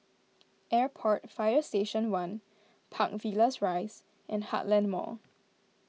Airport Fire Station one Park Villas Rise and Heartland Mall